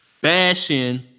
bashing